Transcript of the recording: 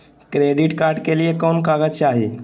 Credit card के लिए कौन कागज चाही?